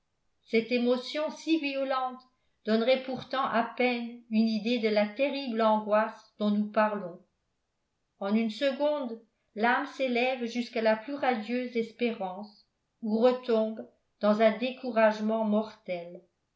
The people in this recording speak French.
cette émotion si violente donnerait pourtant à peine une idée de la terrible angoisse dont nous parlons en une seconde l'âme s'élève jusqu'à la plus radieuse espérance ou retombe dans un découragement mortel